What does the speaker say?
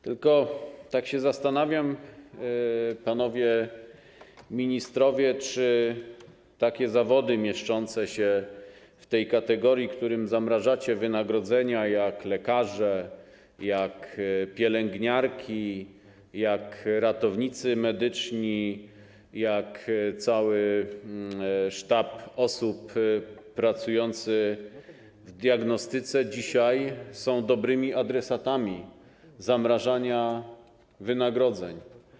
Tylko tak się zastanawiam, panowie ministrowie, czy ci wykonujący zawody mieszczące się w tej kategorii, którym zamrażacie wynagrodzenia, jak lekarze, jak pielęgniarki, jak ratownicy medyczni, jak cały sztab osób pracujących w diagnostyce, są dzisiaj dobrymi adresatami zamrażania wynagrodzeń?